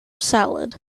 salad